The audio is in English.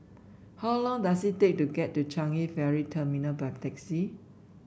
how long does it take to get to Changi Ferry Terminal by taxi